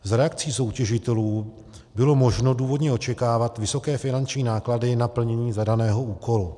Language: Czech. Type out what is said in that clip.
Z reakcí soutěžitelů bylo možno důvodně očekávat vysoké finanční náklady na plnění zadaného úkolu.